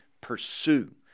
pursue